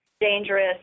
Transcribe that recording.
dangerous